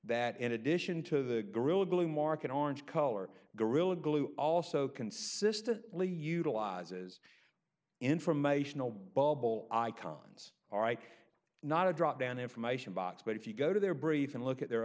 that in addition to the gorilla glue market orange color gorilla glue also consistently utilizes informational bubble icons all right not a drop down information box but if you go to their briefs and look at their